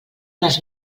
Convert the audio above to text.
les